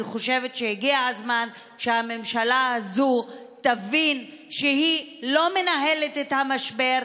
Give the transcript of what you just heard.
אני חושבת שהגיע הזמן שהממשלה הזו תבין שהיא לא מנהלת את המשבר,